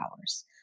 hours